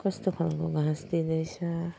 कस्तो खालको घाँस दिँदैछ